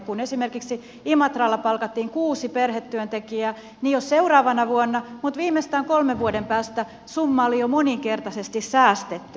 kun esimerkiksi imatralla palkattiin kuusi perhetyöntekijää niin jo seuraavana vuonna mutta viimeistään kolmen vuoden päästä summa oli jo moninkertaisesti säästetty